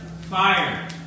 fire